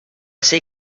ser